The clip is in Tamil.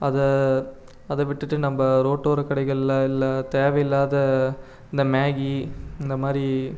அதை அதை விட்டுட்டு நம்ம ரோட்டோர கடைகளில் இல்லை தேவையில்லாத இந்த மேகி இந்தமாதிரி